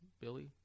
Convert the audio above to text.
Billy